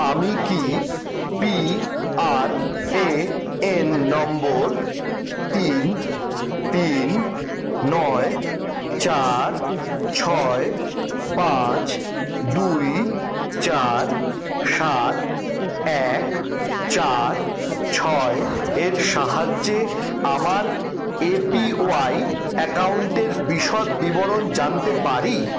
আমি কি PRAN number তিন তিন নয় চার ছয় পাঁচ দুই চার সাত এক চার ছয় এর সাহায্যে আমার এপিওয়াই অ্যাকাউন্টের বিশদ বিবরণ জানতে পারি